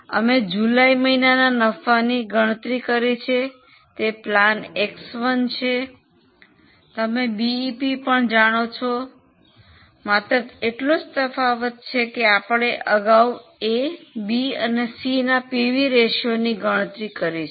અમે જુલાઈ મહિનાના નફાની ગણતરી કરી છે તે પ્લાન X1 છે તમે બીઈપી પણ જાણો છો માત્ર એટલો જ તફાવત છે કે આપણે અગાઉ એ બી અને સીના પીવી રેશિયોની ગણતરી કરી છે